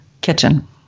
kitchen